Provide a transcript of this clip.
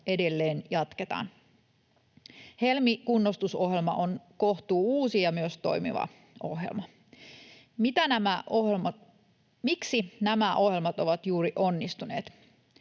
edelleen jatketaan. Helmi-kunnostusohjelma on kohtuullisen uusi ja myös toimiva ohjelma. Miksi juuri nämä ohjelmat ovat onnistuneet?